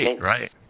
Right